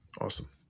Awesome